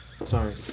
sorry